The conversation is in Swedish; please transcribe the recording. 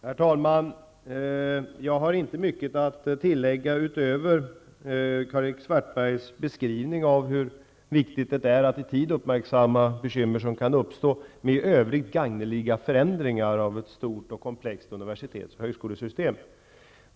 Herr talman! Jag har inte mycket att tillägga utöver Karl-Erik Svartbergs beskrivning av hur viktigt det är att i tid uppmärksamma bekymmer som kan uppstå med i övrigt gagneliga förändringar av ett stort och komplext universitets och högskolesystem.